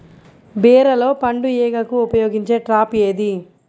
బీరలో పండు ఈగకు ఉపయోగించే ట్రాప్ ఏది?